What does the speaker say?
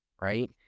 Right